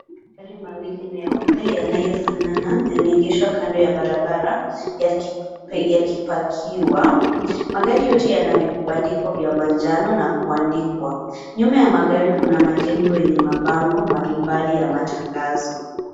Magari mawili meupe yanayo fanana yameegeshwa kando ya barabara yakipakiwa. Magari yote yana vibandiko vya manjano na kuandika. Nyuma ya magari kuna majengo yenye mabango mbali mbali ya matangazo.